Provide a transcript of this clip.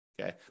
Okay